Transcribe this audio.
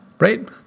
Right